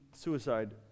suicide